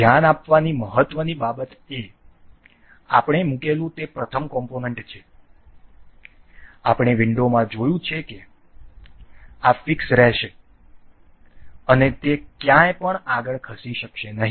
ધ્યાન આપવાની મહત્ત્વની બાબત એ આપણે મૂકેલું તે પ્રથમ કોમ્પોનન્ટ છે આપણે વિંડોમાં જોયું છે કે આ ફીક્સ રહેશે અને તે ક્યાંય પણ આગળ ખસી શકશે નહીં